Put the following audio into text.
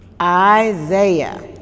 Isaiah